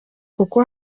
kuko